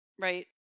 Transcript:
right